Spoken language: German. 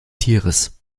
tieres